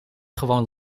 gewoon